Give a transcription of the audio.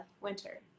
winter